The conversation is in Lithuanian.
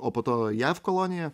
o po to jav kolonija